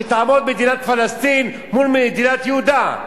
שתעמוד מדינת פלסטין מול מדינת יהודה.